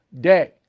day